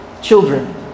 Children